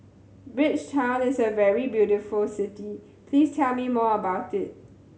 Bridgetown is a very beautiful city please tell me more about it